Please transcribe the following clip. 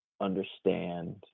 understand